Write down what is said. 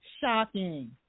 Shocking